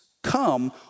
Come